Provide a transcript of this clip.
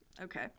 Okay